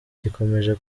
gikomeje